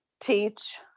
teach